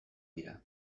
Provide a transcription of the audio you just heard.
dira